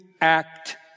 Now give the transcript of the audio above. act